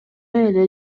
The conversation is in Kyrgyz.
эле